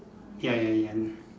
ya ya ya